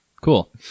Cool